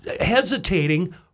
hesitating